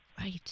Right